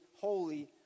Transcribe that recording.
holy